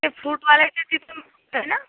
ते फ्रूटवाल्याच्या तिथून बोलत आहे ना